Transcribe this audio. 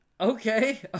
okay